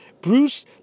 Bruce